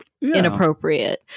inappropriate